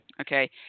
okay